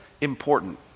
important